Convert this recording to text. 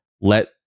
let